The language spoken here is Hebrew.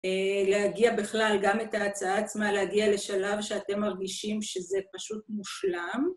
להגיע בכלל גם את ההצעה עצמה, להגיע לשלב שאתם מרגישים שזה פשוט מושלם.